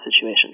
situation